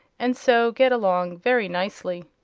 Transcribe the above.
and so get along very nicely.